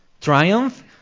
triumph